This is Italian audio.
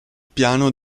piano